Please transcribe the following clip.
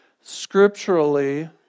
scripturally